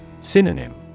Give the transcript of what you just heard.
Synonym